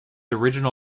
original